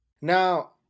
Now